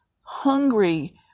hungry